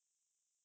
mm